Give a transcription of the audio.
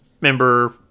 member